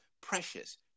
precious